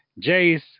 Jace